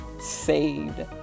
saved